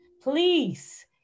please